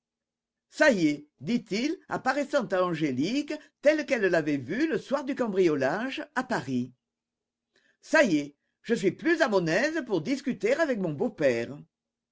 ça y est dit-il apparaissant à angélique tel qu'elle l'avait vu le soir du cambriolage à paris ça y est je suis plus à mon aise pour discuter avec mon beau-père